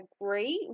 great